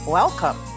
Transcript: welcome